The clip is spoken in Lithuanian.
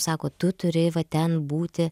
sako tu turi va ten būti